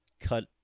cut